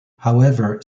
however